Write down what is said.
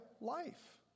life